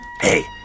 Hey